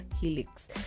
helix